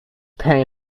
pain